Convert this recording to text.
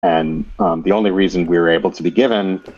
And the only reason we were able to be given...